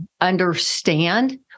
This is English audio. understand